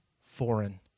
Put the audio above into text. Foreign